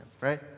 right